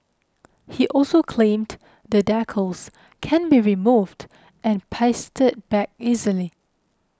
he also claimed the decals can be removed and pasted back easily